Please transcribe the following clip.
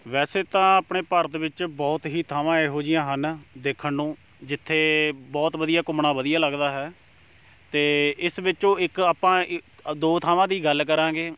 ਵੈਸੇ ਤਾਂ ਆਪਣੇ ਭਾਰਤ ਵਿੱਚ ਬਹੁਤ ਹੀ ਥਾਵਾਂ ਇਹੋ ਜਿਹੀਆਂ ਹਨ ਦੇਖਣ ਨੂੰ ਜਿੱਥੇ ਬਹੁਤ ਵਧੀਆ ਘੁੰਮਣਾ ਵਧੀਆ ਲੱਗਦਾ ਹੈ ਅਤੇ ਇਸ ਵਿੱਚੋਂ ਇੱਕ ਆਪਾਂ ਇ ਦੋ ਥਾਵਾਂ ਦੀ ਗੱਲ ਕਰਾਂਗੇ